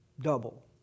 double